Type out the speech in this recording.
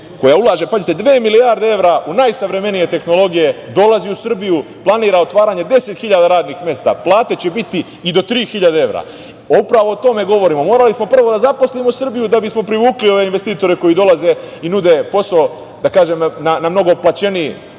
koja ulaže, pazite, dve milijarde evra u najsavremenije tehnologije, dolazi u Srbiju, planira otvaranje 10.000 radnih mesta. Plate će biti i do 3.000 evra. Upravo o tome govorimo. Morali smo prvo da zaposlimo Srbiju da bismo privukli ove investitore koji dolaze i nude posao, da kažem, na mnogo plaćeniji